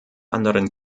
anderen